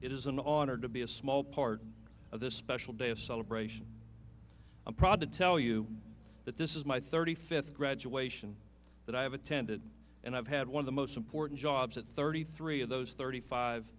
it is an author to be a small part of this special day of celebration a product tell you that this is my thirty fifth graduation that i have attended and i've had one of the most important jobs at thirty three of those thirty five